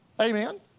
Amen